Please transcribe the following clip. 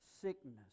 sickness